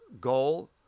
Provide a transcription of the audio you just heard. goal